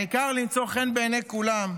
העיקר למצוא חן בעיני כולם,